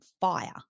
fire